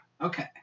Okay